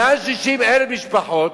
מעל 60,000 משפחות,